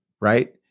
right